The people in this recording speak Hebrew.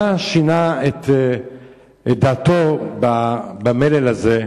מה שינה את דעתו במלל הזה?